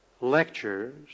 lectures